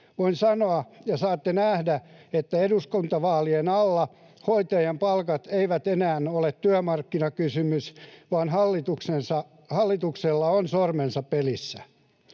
Voin sanoa ja saatte nähdä, että eduskuntavaalien alla hoitajien palkat eivät enää ole työmarkkinakysymys, vaan hallituksella on sormensa pelissä.